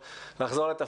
לחזור לתפקד,